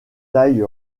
taille